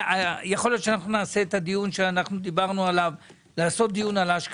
יכול להיות שנקיים דיון על אשקלון,